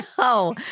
No